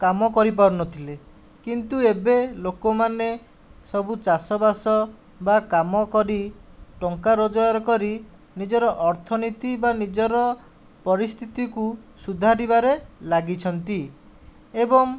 କାମ କରିପାରୁନଥିଲେ କିନ୍ତୁ ଏବେ ଲୋକମାନେ ସବୁ ଚାଷବାସ ବା କାମ କରି ଟଙ୍କା ରୋଜଗାର କରି ନିଜର ଅର୍ଥନୀତି ବା ନିଜର ପରିସ୍ଥିତିକୁ ସୁଧାରିବାରେ ଲାଗିଛନ୍ତି ଏବଂ